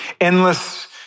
endless